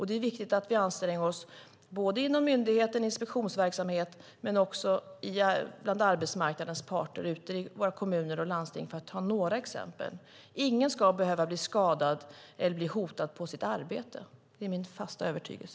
Det är viktigt att man anstränger sig, både myndigheten i sin inspektionsverksamhet och arbetsmarknadens parter ute i våra kommuner och landsting, för att ta ett par exempel. Ingen ska behöva bli skadad eller hotad på sitt arbete. Det är min fasta övertygelse.